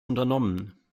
unternommen